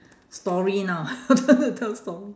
story now tell story